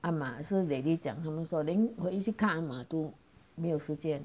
阿妈是 daddy 讲他们说连回去看阿妈都没有时间